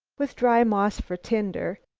with dry moss for tinder,